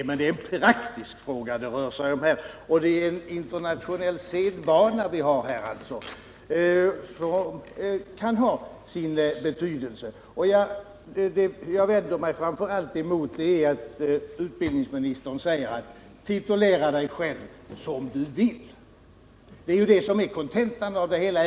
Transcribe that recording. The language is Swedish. Men det är en praktisk fråga, och det rör sig om en internationell sedvana som kan ha sin betydelse. Vad jag framför allt vänder mig emot är att utbildningsministern säger: Titulera dig själv som du vill! Det är ju det som är kontentan av förslaget.